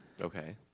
Okay